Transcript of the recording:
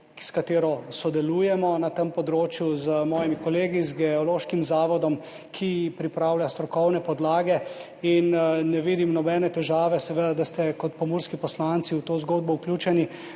s katero sodelujemo na tem področju, z mojimi kolegi, z Geološkim zavodom, ki ji pripravlja strokovne podlage, ne vidim nobene težave, seveda, da ste kot pomurski poslanci v to zgodbo vključeni